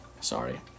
Sorry